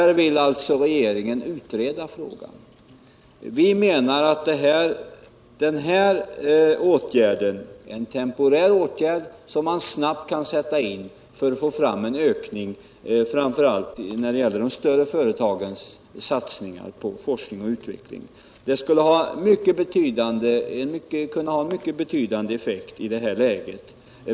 Regeringen vill utreda den frågan. Vi menar att den åtgärd vi föreslår är en temporär åtgärd som man snabbt kan sätta in för att åstadkomma en ökning av framför allt de större företagens satsningar på forskning och utveckling. Den skulle kunna få en mycket betydande effekt i det här läget.